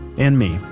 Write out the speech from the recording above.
and me,